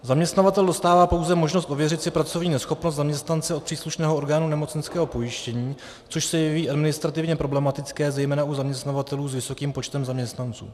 Zaměstnavatel dostává pouze možnost si ověřit pracovní neschopnost zaměstnance od příslušného orgánu nemocenského pojištění, což se jeví administrativně problematické, zejména u zaměstnavatelů s vysokým počtem zaměstnanců.